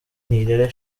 nirere